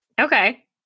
Okay